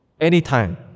anytime